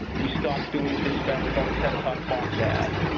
we stopped doing dispatches on set top box adds,